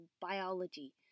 biology